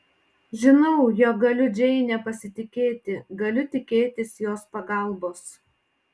žinau jog galiu džeine pasitikėti galiu tikėtis jos pagalbos